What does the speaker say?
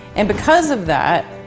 and because of that,